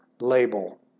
label